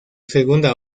segunda